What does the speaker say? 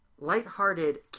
lighthearted